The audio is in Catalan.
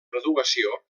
graduació